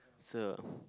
so